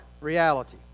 reality